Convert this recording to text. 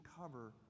cover